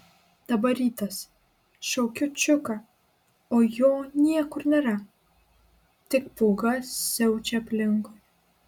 dabar rytas šaukiu čiuką o jo niekur nėra tik pūga siaučia aplinkui